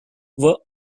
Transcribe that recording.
were